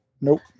Nope